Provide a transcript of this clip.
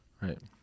right